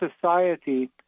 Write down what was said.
society